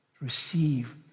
receive